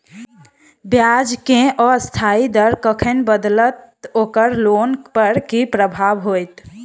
ब्याज केँ अस्थायी दर कखन बदलत ओकर लोन पर की प्रभाव होइत?